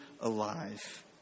alive